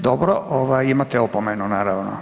Dobro, imate opomenu naravno.